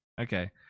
Okay